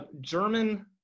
German